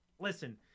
Listen